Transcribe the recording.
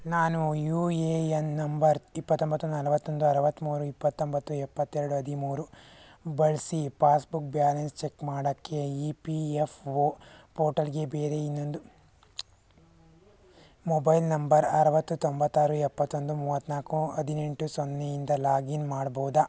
ನಾನು U A N number ಇಪ್ಪತ್ತೊಂಬತ್ತು ನಲವತ್ತೊಂದು ಅರವತ್ತ್ಮೂರು ಇಪ್ಪತ್ತೊಂಬತ್ತು ಎಪ್ಪತ್ತೆರಡು ಹದಿಮೂರು ಬಳಸಿ ಪಾಸ್ಬುಕ್ ಬ್ಯಾಲೆನ್ಸ್ ಚೆಕ್ ಮಾಡೋಕ್ಕೆ ಇ ಪಿ ಎಫ್ ಒ ಪೋಟಲ್ಗೆ ಬೇರೆ ಇನ್ನೊಂದು ಮೊಬೈಲ್ ನಂಬರ್ ಅರವತ್ತು ತೊಂಬತ್ತಾರು ಎಪ್ಪತ್ತೊಂದು ಮೂವತ್ತ್ನಾಲ್ಕು ಹದಿನೆಂಟು ಸೊನ್ನೆ ಇಂದ ಲಾಗಿನ್ ಮಾಡ್ಬೋದಾ